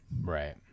Right